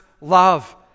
love